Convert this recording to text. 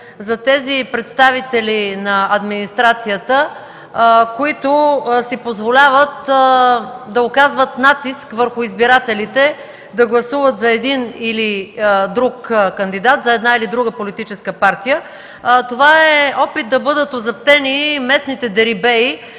за тези представители на администрацията, които си позволяват да оказват натиск върху избирателите да гласуват за един или друг кандидат, за една или друга политическа партия. Това е опит да бъдат озаптени местните дерибеи,